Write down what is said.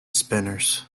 spinners